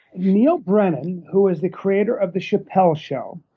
neal brennan, who is the creator of the chappelle show,